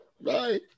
Bye